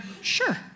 Sure